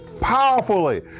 powerfully